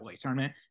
tournament